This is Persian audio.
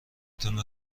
تونه